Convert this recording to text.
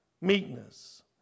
meekness